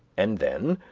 and then,